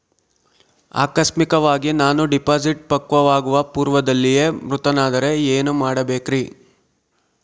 ಆಕಸ್ಮಿಕವಾಗಿ ನಾನು ಡಿಪಾಸಿಟ್ ಪಕ್ವವಾಗುವ ಪೂರ್ವದಲ್ಲಿಯೇ ಮೃತನಾದರೆ ಏನು ಮಾಡಬೇಕ್ರಿ?